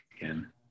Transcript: again